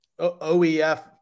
OEF